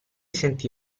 sentì